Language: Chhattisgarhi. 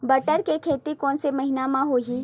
बटर के खेती कोन से महिना म होही?